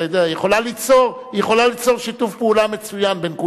היא יכולה ליצור שיתוף פעולה מצוין בין כולנו.